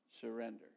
Surrender